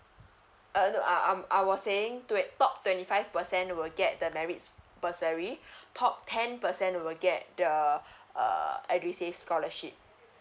ah no uh I um I was saying twe~ top twenty five percent will get the merits bursary top ten percent will get the uh edusave scholarship